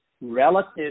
relative